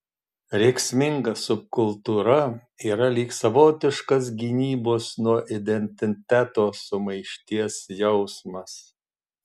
rėksminga subkultūra yra lyg savotiškas gynybos nuo identiteto sumaišties jausmas